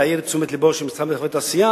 להעיר את תשומת לבו של משרד המסחר והתעשייה,